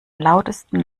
lautesten